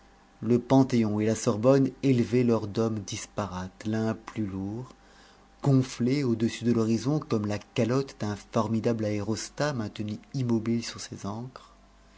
le panthéon et la sorbonne élevaient leurs dômes disparates l'un plus lourd gonflé au-dessus de l'horizon comme la calotte d'un formidable aérostat maintenu immobile sur ses ancres